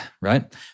right